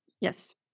Yes